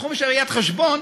בתחום ראיית החשבון,